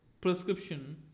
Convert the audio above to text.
prescription